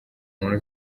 umuntu